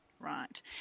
Right